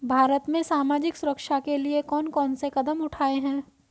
भारत में सामाजिक सुरक्षा के लिए कौन कौन से कदम उठाये हैं?